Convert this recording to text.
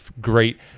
great